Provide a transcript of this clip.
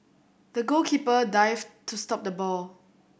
the goalkeeper dived to stop the ball